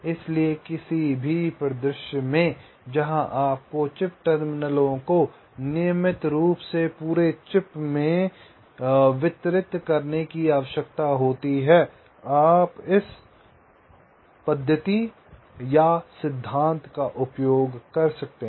इसलिए किसी भी परिदृश्य में जहां आपको चिप टर्मिनलों को नियमित रूप से पूरे चिप में वितरित करने की आवश्यकता होती है आप इस पद्धति या इस सिद्धांत का उपयोग कर सकते हैं